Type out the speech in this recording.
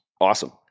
awesome